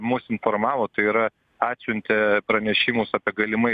mus informavo tai yra atsiuntė pranešimus apie galimai